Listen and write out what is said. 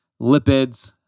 lipids